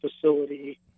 facility